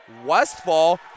Westfall